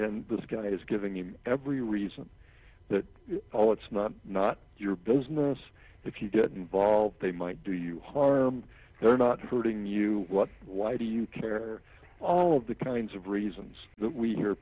and this guy is giving me every reason that all it's not not your business if you get involved they might do you harm they're not hurting you why do you care all of the kinds of reasons that we hear